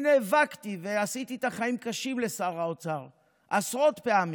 אני נאבקתי ועשיתי את החיים קשים לשר האוצר עשרות פעמים,